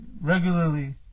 regularly